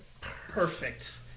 Perfect